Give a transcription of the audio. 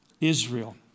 Israel